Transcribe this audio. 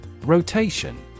Rotation